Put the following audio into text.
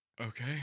Okay